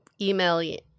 email